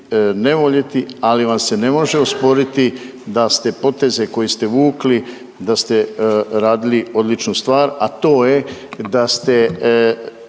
ne voljeti, ali vam se ne može osporiti da ste poteze koje ste vukli da ste radili odličnu stvar, a to je da ste